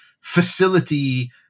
facility